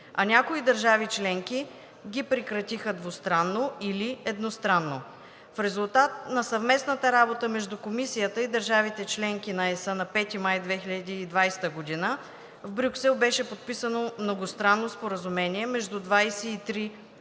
а някои държави членки ги прекратиха двустранно или едностранно. В резултат на съвместната работа между Комисията и държавите – членки на Европейския съюз, на 5 май 2020 г. в Брюксел беше подписано Многостранно споразумение между 23 държави